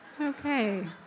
Okay